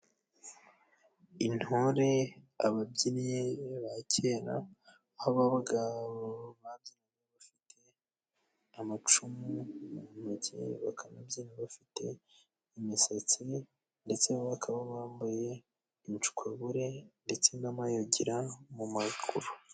Intore, ababyinnyi ba kera aho babaga bafite amacumu mu ntoki, bakanabyina bafite imisatsi ndetse bo bakaba bambaye inshwabure ndetse n'amayogera mu maguru.